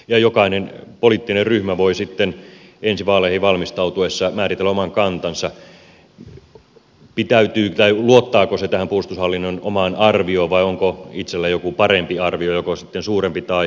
jokainen poliittinen ryhmä voi sitten ensi vaaleihin valmistautuessa määritellä oman kantansa luottaako se tähän puolustushallinnon omaan arvioon vai onko sillä itsellään joku parempi arvio joko sitten suurempi tai pienempi